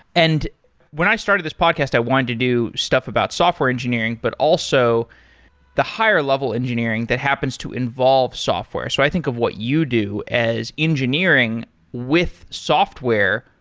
and when i started this podcast, i wanted to do stuff about software engineering, but also the higher level engineering that happens to involve software. so i think of what you do as engineering with software,